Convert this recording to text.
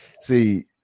See